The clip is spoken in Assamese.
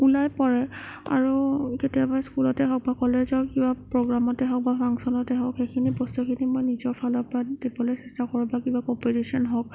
ওলাই পৰে আৰু কেতিয়াবা স্কুলতে হওক বা কলেজ হওক কিবা প্ৰ'গ্ৰামতে হওক বা ফাংচনতে হওক সেইখিনি বস্তুখিনি মই নিজৰ ফালৰ পৰা দিবলৈ চেষ্টা কৰোঁ বা কিবা কম্পিটিশ্যন হওক